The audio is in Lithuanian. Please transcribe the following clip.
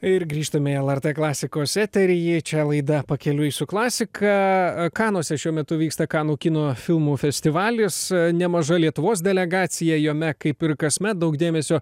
ir grįžtame į lrt klasikos eterį čia laida pakeliui su klasika kanuose šiuo metu vyksta kanų kino filmų festivalis nemaža lietuvos delegacija jame kaip ir kasmet daug dėmesio